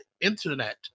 internet